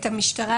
את המשטרה,